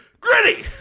Gritty